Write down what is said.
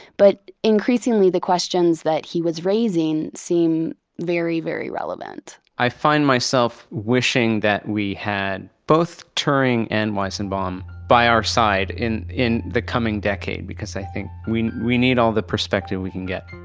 but increasingly the questions that he was raising seem very, very relevant. i find myself wishing that we had both turing and weizenbaum by our side and in the coming decade because i think we we need all the perspective we can get